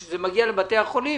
כשזה מגיע לבתי החולים